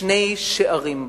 שני שערים בו.